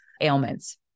ailments